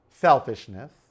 selfishness